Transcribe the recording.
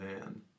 man